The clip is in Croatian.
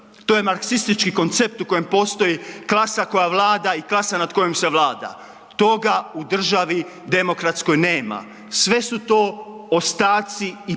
to je marksistički koncept u kojem postoji klasa koja vlada i klasa nad kojom se vlada. Toga u državi demokratskoj nema, sve su to ostaci i